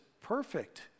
perfect